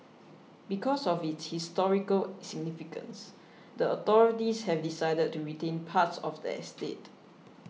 because of its historical significance the authorities have decided to retain parts of the estate